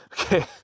Okay